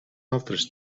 altres